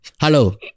Hello